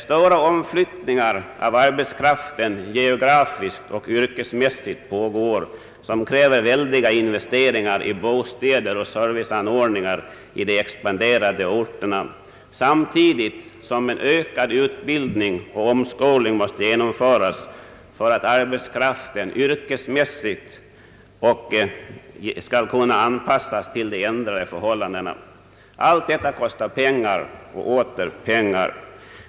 Stora omflyttningar av arbetskraften geografiskt och yrkesmässigt pågår, som kräver väldiga investeringar i bostäder och serviceanordningar i de expanderande orterna, samtidigt som en ökad utbildning och omskolning måste genomföras för att arbetskraften yrkesmässigt skall kunna anpassas till de ändrade förhållandena. Allt detta kostar pengar och åter pengar.